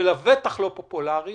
ולבטח לא פופולרי,